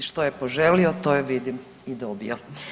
Što je poželio, to je, vidim, i dobio.